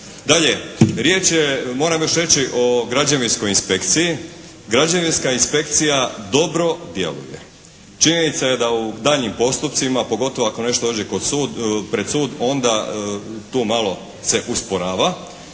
je, moram još reći o građevinskog inspekciji. Građevinska inspekcija dobro djeluje. Činjenica je da u daljnjim postupcima, pogotovo ako nešto dođe kod sud, pred sud, onda tu malo se usporava,